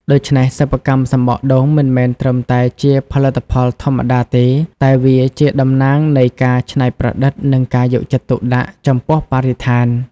ដូច្នេះ សិប្បកម្មសំបកដូងមិនមែនត្រឹមតែជាផលិតផលធម្មតាទេ តែវាជាតំណាងនៃការច្នៃប្រឌិតនិងការយកចិត្តទុកដាក់ចំពោះបរិស្ថាន។